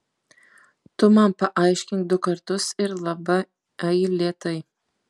tu man paaiškink du kartus ir laba ai lėtai